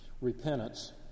repentance